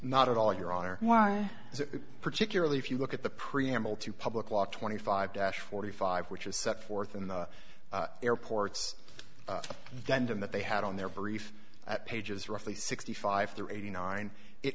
not at all your honor why is it particularly if you look at the preamble to public law twenty five dash forty five which is set forth in the airports then them that they had on their brief at pages roughly sixty five or eighty nine it